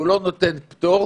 שהוא לא נותן פטור